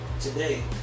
today